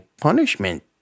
punishment